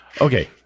Okay